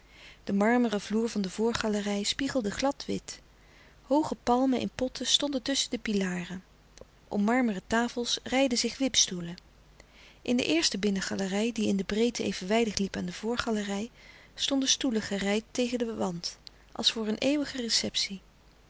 kracht marmeren vloer van de voorgalerij spiegelde gladwit hooge palmen in potten stonden tusschen de pilaren om marmeren tafels reiden zich wipstoelen in de eerste binnengalerij die in de breedte evenwijdig liep aan de voorgalerij stonden stoelen gereid tegen den wand als voor een eeuwige receptie